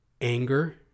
anger